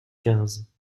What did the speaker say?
quinze